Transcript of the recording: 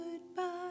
goodbye